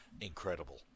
incredible